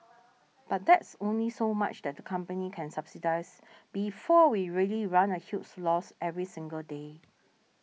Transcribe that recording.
but there's only so much that the company can subsidise before we really run a huge loss every single day